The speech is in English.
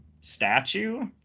statue